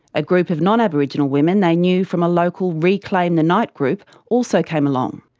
a group of non-aboriginal women they knew from a local reclaim the night group also came along.